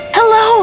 Hello